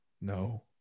no